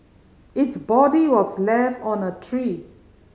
its body was left on a tree